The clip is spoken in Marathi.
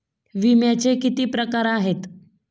विम्याचे किती प्रकार आहेत?